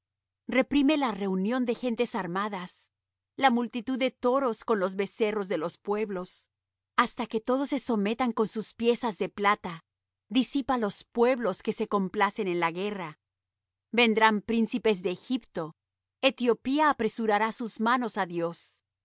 reprime la reunión de gentes armadas la multitud de toros con los becerros de los pueblos hasta que todos se sometan con sus piezas de plata disipa los pueblos que se complacen en la guerra vendrán príncipes de egipto etiopía apresurará sus manos á dios